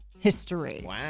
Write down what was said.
history